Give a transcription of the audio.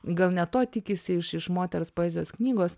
gal ne to tikisi iš iš moters poezijos knygos